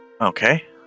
Okay